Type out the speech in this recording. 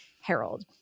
Harold